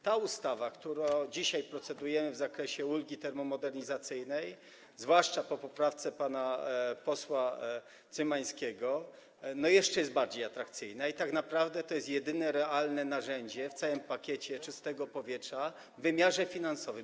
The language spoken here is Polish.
Ta ustawa, nad którą dzisiaj procedujemy, w zakresie ulgi termomodernizacyjnej, zwłaszcza po poprawce pana posła Cymańskiego, jest jeszcze bardziej atrakcyjna, i tak naprawdę to jest jedyne realne narzędzie w całym pakiecie czystego powietrza w wymiarze finansowym.